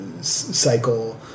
cycle